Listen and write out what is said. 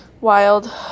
wild